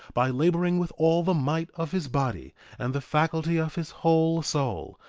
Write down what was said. by laboring with all the might of his body and the faculty of his whole soul,